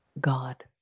God